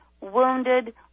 wounded